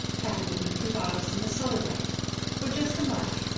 happened to be two bottles in the cellar-way were just alike,